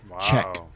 check